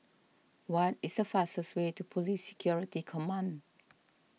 what is the fastest way to Police Security Command